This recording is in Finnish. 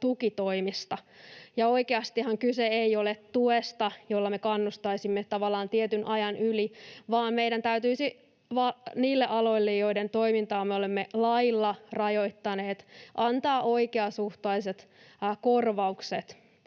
tukitoimista, ja oikeastihan kyse ei ole tuesta, jolla me kannustaisimme tavallaan tietyn ajan yli, vaan meidän täytyisi niille aloille, joiden toimintaa me olemme lailla rajoittaneet, antaa oikeasuhtaiset korvaukset.